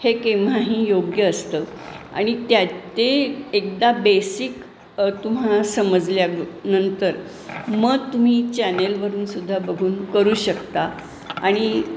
हे केंव्हाही योग्य असतं आणि त्या ते एकदा बेसिक तुम्हाला समजल्या नंतर मग तुम्ही चॅनलवरूनसुद्धा बघून करू शकता आणि